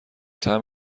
طعم